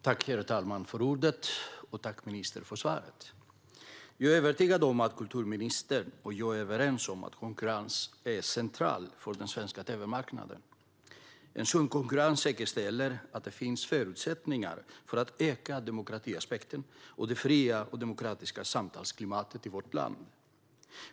Herr talman! Tack, ministern, för svaret! Jag är övertygad om att kulturministern och jag är överens om att konkurrens är central för den svenska tv-marknaden. En sund konkurrens säkerställer att det finns förutsättningar för att öka demokratiaspekten och det fria och demokratiska samtalsklimatet i vårt land.